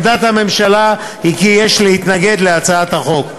עמדת הממשלה היא כי יש להתנגד להצעת החוק.